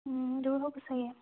দূৰ হ'ব চাগে